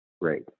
great